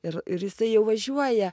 ir ir jisai jau važiuoja